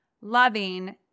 loving